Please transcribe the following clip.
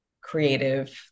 creative